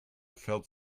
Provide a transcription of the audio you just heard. felt